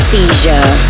Seizure